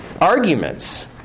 arguments